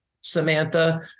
Samantha